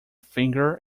finger